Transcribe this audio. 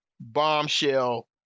bombshell